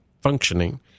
functioning